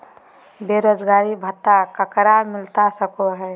बेरोजगारी भत्ता ककरा मिलता सको है?